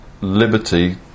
liberty